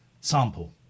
sample